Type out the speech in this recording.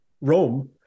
Rome